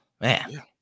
man